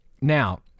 Now